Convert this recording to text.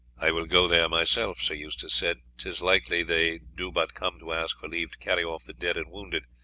i will go there myself, sir eustace said tis likely they do but come to ask for leave to carry off the dead and wounded,